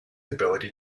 ability